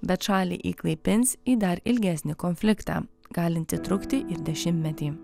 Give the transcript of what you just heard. bet šalį įklaipins į dar ilgesnį konfliktą galintį trukti ir dešimtmetį